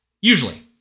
usually